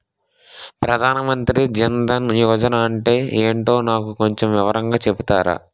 ప్రధాన్ మంత్రి జన్ దన్ యోజన అంటే ఏంటో నాకు కొంచెం వివరంగా చెపుతారా?